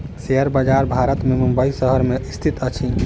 share बजार भारत के मुंबई शहर में स्थित अछि